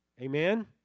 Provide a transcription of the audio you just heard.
Amen